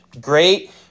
great